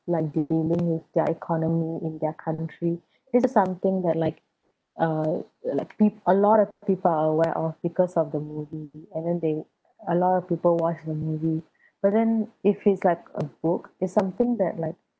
like dealing with their economy in their country this is something that like uh like peop~ a lot of people are aware of because of the movie and then they a lot of people watch the movie but then if it's like a book it's something that like